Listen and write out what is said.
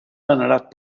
venerat